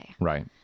Right